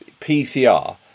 PCR